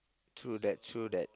true that true that